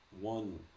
one